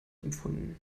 empfunden